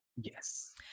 Yes